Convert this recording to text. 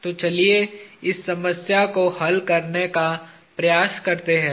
तो चलिए इस समस्या को हल करने का प्रयास करते हैं